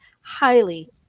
highly